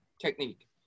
technique